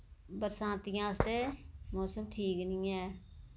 बरसांती आस्तै मौसम ठीक निं ऐ